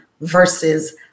versus